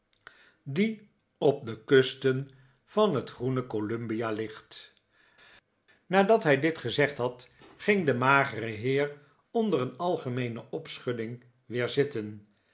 die op de kusten van het week een generaal groene columbia ligt nadat hij dit gezegd had ging de magere heer onder een algemeene opschudding weer zitten